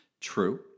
True